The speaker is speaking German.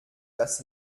das